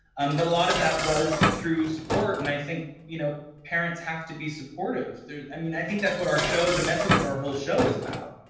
um but a lot of that was through support, and i think, you know, parents have to be supportive. i mean, i think that's what our show, the message of our whole show is about.